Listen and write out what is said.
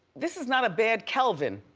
this is not a bad kelvin.